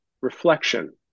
reflection